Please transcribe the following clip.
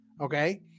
Okay